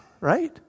right